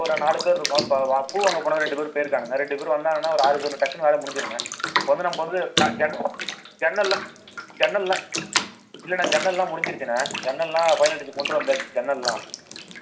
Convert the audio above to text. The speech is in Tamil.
அண்ணா இப்போ நாங்கள் ஒரு நாலுப்பேர் இருக்கும் இப்போ பூ வாங்க போனது ரெண்டுப்பேர் போயிருக்கானுங்க ரெண்டுப்பேர் வந்தாங்கன்னா ஒரு ஆறுபேர்ண்ணா டக்குன்னு வேலை முடிஞ்சிருண்ணா இப்போ வந்து நம்ப வந்து கட் ஜன்ன ஜன்னல்லாம் ஜன்னல்லாம் இல்லண்ணா ஜன்னல் எல்லாம் முடிஞ்சிருச்சிண்ணா ஜன்னல் எல்லாம் ஃபைனல்டச் கொண்டு வந்தாச்சு ஜன்னல் எல்லாம்